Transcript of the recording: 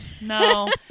No